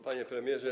Panie Premierze!